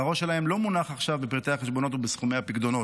והראש שלהם לא מונח עכשיו בפרטי החשבונות ובסכומי הפיקדונות.